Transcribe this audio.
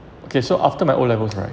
okay so after my O levels right